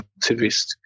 activist